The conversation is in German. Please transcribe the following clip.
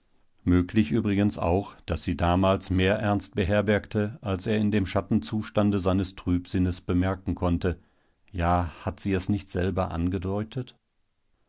möglich übrigens auch daß sie damals mehr ernst beherbergte als er in dem schattenzustande seines trübsinnes bemerken konnte ja hat sie es nicht selber angedeutet